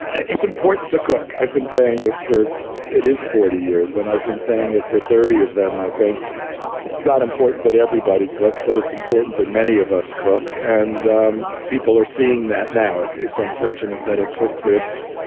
it's important to cook. i've been saying this for it is forty years and i've been saying it for thirty of them. i think it's not important that everybody cook. but it's important that many of us cook and um people are seeing that now. it's unfortunate that it took this.